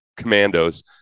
commandos